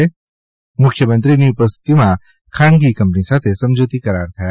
મુખ્યમંત્રીની ઉપસ્થિતિમાં ખાનગી કંપની સાથે સમજૂતી કરાર થયા